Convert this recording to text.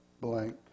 blank